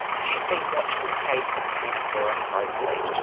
she's been watching the case of teina pora closely.